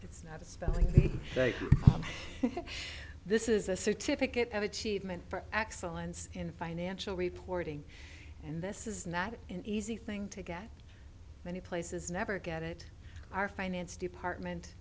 it's not a spelling this is a certificate of achievement for excellence in financial reporting and this is not an easy thing to get many places never get it our finance department